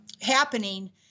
Happening